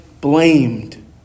blamed